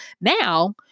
now